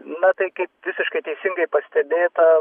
na tai kaip visiškai teisingai pastebėta